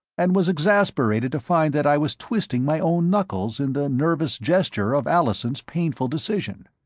and was exasperated to find that i was twisting my own knuckles in the nervous gesture of allison's painful decision.